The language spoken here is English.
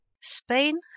Spain